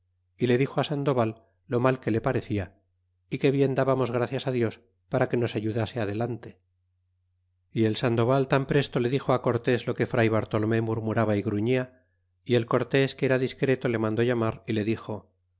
é le dixo sandoval lo mal que le parecia é que bien dbamos gracias dios para que nos ay udase adelante el sandoval tan presto le dixo cortés lo que fr bartolome murmuraba e grufria y el cortés que era discreto le mandó llamar é le dixo